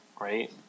right